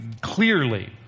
clearly